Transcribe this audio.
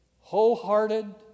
wholehearted